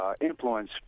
influence